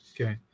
Okay